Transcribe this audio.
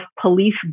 police